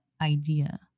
idea